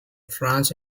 france